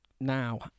now